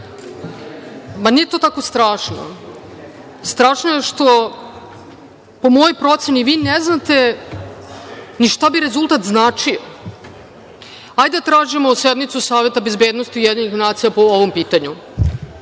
Nije to tako strašno. Strašno je što, po mojoj proceni vi ne znate ni šta bi rezultat značio. Ajde da tražimo sednicu Saveta bezbednosti UN po ovom pitanju.